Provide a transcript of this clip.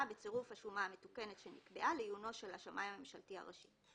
בצירוף השומה המתוקנת שנקבעה לעיונו של השמאי הממשלתי הראשי.